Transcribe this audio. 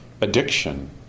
addiction